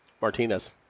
Martinez